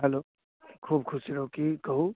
hello खूब खुशी रहू की कहू